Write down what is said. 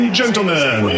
gentlemen